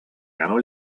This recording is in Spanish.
ganó